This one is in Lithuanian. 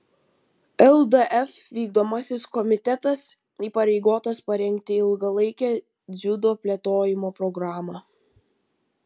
ldf vykdomasis komitetas įpareigotas parengti ilgalaikę dziudo plėtojimo programą